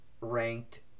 ranked